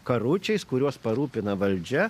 karučiais kuriuos parūpina valdžia